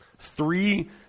Three